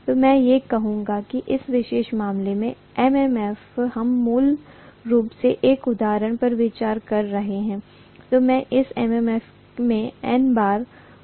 तो मैं कहूंगा कि इस विशेष मामले में MMF हम मूल रूप से एक उदाहरण पर विचार कर रहे हैं तो इस MMF में N बार I होगा